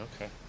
Okay